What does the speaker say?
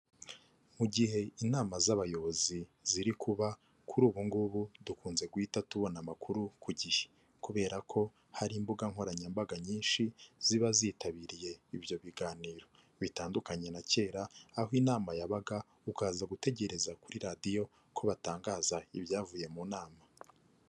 Mu gihe inama z'abayobozi ziri kuba kuri ubu ngubu dukunze guhita tubona amakuru ku gihe kubera ko hari imbuga nkoranyambaga nyinshi ziba zitabiriye ibyo biganiro, bitandukanye na kera aho inama yabaga ukaza gutegereza kuri radiyo ko batangaza ibyavuye mu nama.